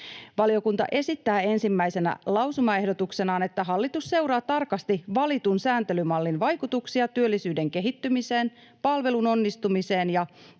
Valiokunta esittää ensimmäisenä lausumaehdotuksenaan, että hallitus seuraa tarkasti valitun sääntelymallin vaikutuksia työllisyyden kehittymiseen, palvelun onnistumiseen ja